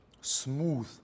smooth